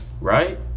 Right